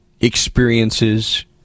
experiences